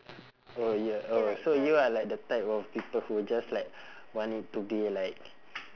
oh ya oh so you are like the type of people who just like want it to be like